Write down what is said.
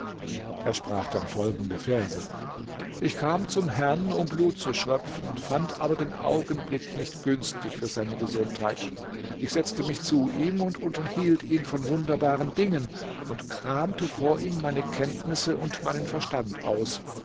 er sprach dann folgende verse ich kam zum herrn um blut zu schröpfen fand aber den augenblick nicht günstig für seine gesundheit ich setzte mich zu ihm und unterhielt ihn von wunderbaren dingen und kramte vor ihm meine kenntnisse und meinen verstand aus